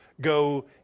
Go